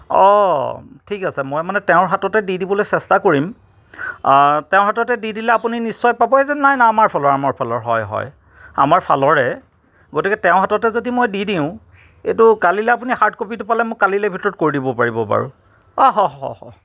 অঁ ঠিক আছে মই মানে তেওঁৰ হাততে দি দিবলৈ চেষ্টা কৰিম আঁ তেওঁৰ হাততে দি দিলে আপুনি নিশ্চয় পাবই যেন নাই নাই আমাৰ ফালৰ আমাৰ ফালৰ হয় হয় আমাৰ ফালৰে গতিকে তেওঁৰ হাতত যদি মই দি দিওঁ এইটো কালিলৈ আপুনি হাৰ্ড কপিটো পালে মোক কালিলৈ ভিতৰত কৰি দিব পাৰিব বাৰু অহ্ অহ্